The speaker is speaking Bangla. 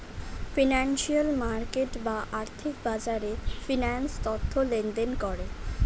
ফিনান্সিয়াল মার্কেট বা আর্থিক বাজারে ফিন্যান্স তথ্য লেনদেন করে